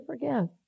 forgive